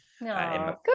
No